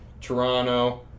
Toronto